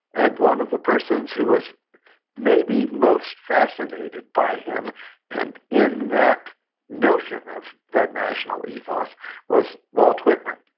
and one of the persons who was maybe most fascinated by him and in that notion of the national ethos was walt whitman,